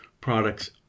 products